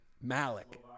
Malik